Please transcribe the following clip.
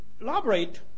elaborate